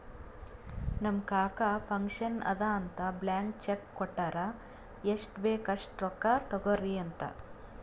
ನಮ್ ಕಾಕಾ ಫಂಕ್ಷನ್ ಅದಾ ಅಂತ್ ಬ್ಲ್ಯಾಂಕ್ ಚೆಕ್ ಕೊಟ್ಟಾರ್ ಎಷ್ಟ್ ಬೇಕ್ ಅಸ್ಟ್ ರೊಕ್ಕಾ ತೊಗೊರಿ ಅಂತ್